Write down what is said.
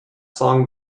song